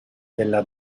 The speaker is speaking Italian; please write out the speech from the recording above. della